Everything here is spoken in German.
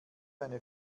eine